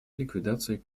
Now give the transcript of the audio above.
ликвидации